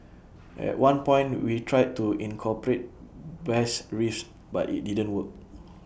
at one point we tried to incorporate bass riffs but IT didn't work